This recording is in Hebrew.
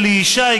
אלי ישי,